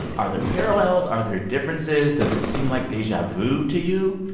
are there parallels? are there differences? does it seem like deja vu to you?